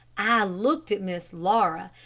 i looked at miss laura.